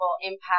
impact